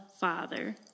Father